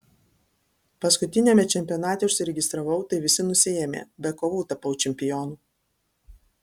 paskutiniame čempionate užsiregistravau tai visi nusiėmė be kovų tapau čempionu